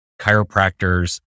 chiropractors